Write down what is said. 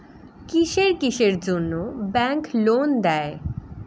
কিসের কিসের জন্যে ব্যাংক লোন দেয়?